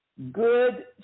Good